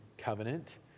covenant